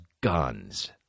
guns